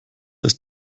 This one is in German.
ist